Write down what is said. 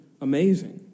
amazing